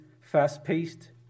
fast-paced